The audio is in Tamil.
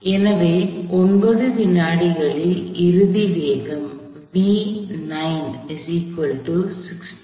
அதனால் எனவே 9 வினாடிகளில் இறுதி வேகம்